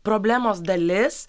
problemos dalis